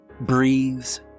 breathes